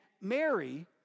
Mary